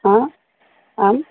हा आम्